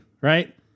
right